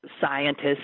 scientists